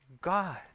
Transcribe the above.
God